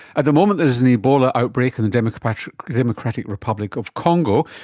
at the moment there's an ebola outbreak in the democratic democratic republic of congo,